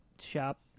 shop